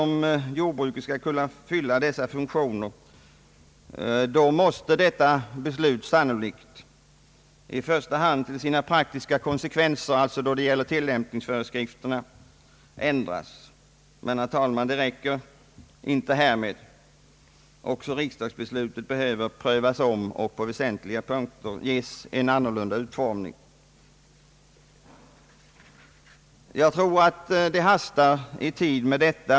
Om jordbruket skall kunna fylla dessa funktioner, måste beslutet sannolikt ändras, i första hand vad beträffar de praktiska konsekvenserna, dvs. då det gäller tillämpningsföreskrifterna. Men också riksdagsbeslutet behöver prövas om på väsentliga punkter och ges en annan utformning. Jag tror att det hastar med detta.